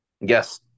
Yes